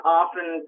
often